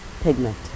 pigment